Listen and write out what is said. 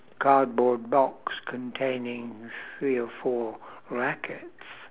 cardboard box containing three or four rackets